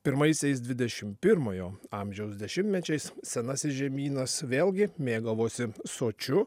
pirmaisiais dvidešim pirmojo amžiaus dešimtmečiais senasis žemynas vėlgi mėgavosi sočiu